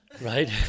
Right